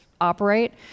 operate